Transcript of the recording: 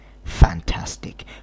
fantastic